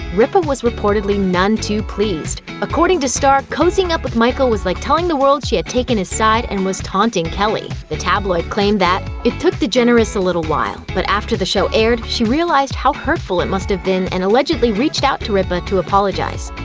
ripa was reportedly none too pleased. according to star, cozying up with michael was like telling the world she had taken his side and was taunting kelly. the tabloid claimed that it took a little while, but after the show aired, she realized how hurtful it must have been and allegedly reached out to ripa to apologize.